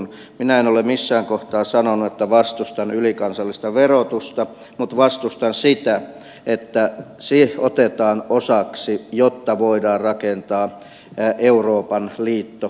minä en ole missään kohtaa sanonut että vastustan ylikansallista verotusta mutta vastustan sitä että se otetaan osaksi jotta voidaan rakentaa euroopan liittovaltio